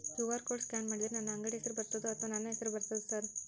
QR code scan ಮಾಡಿದರೆ ನನ್ನ ಅಂಗಡಿ ಹೆಸರು ಬರ್ತದೋ ಅಥವಾ ನನ್ನ ಹೆಸರು ಬರ್ತದ ಸರ್?